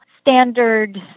standard